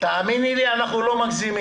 תאמיני לי, אנחנו לא מגזימים.